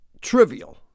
trivial